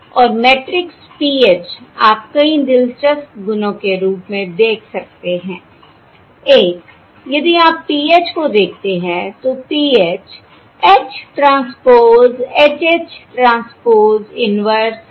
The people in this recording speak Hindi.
और मैट्रिक्स PH आप कई दिलचस्प गुणों के रूप में देख सकते हैं एक यदि आप PH को देखते हैं तो PH H transpose H H transpose inverse H है